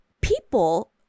people